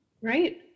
Right